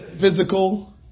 physical